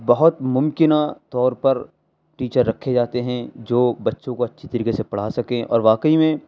بہت ممکنہ طور پر ٹیچر رکھے جاتے ہیں جو بچّوں کو اچّھی طریقے سے پڑھا سکیں اور واقعی میں